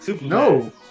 No